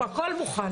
הכול מוכן,